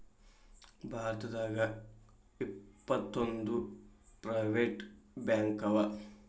ಭಾರತದಾಗ ಇಪ್ಪತ್ತೊಂದು ಪ್ರೈವೆಟ್ ಬ್ಯಾಂಕವ